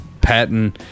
Patton